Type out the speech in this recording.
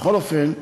בכל אופן,